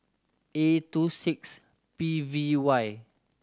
A two six P V Y